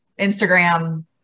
Instagram